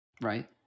Right